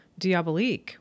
*Diabolique*